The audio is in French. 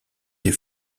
les